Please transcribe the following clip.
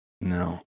No